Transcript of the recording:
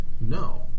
No